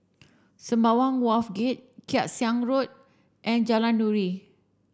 Sembawang Wharves Gate Kay Siang Road and Jalan Nuri